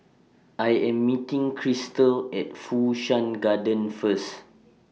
I Am meeting Crystal At Fu Shan Garden First